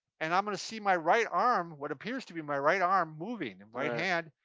and i'm gonna see my right arm, what appears to be my right arm, moving, and right hand,